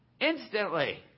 instantly